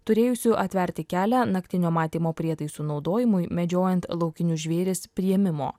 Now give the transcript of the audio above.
turėjusių atverti kelią naktinio matymo prietaisų naudojimui medžiojant laukinius žvėris priėmimo